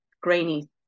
grainy